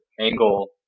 angle